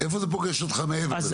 איפה זה פוגש אותך מעבר לזה?